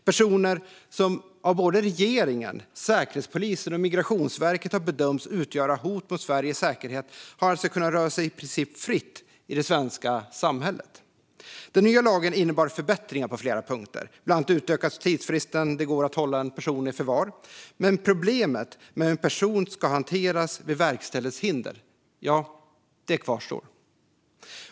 Personer som av både regeringen, Säkerhetspolisen och Migrationsverket har bedömts utgöra hot mot Sveriges säkerhet har alltså kunnat röra sig i princip fritt i det svenska samhället. Den nya lagen innebar förbättringar på flera punkter. Bland annat utökades tiden för hur länge det går att hålla en person i förvar. Men problemet med hur en person ska hanteras vid verkställighetshinder kvarstår.